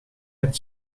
het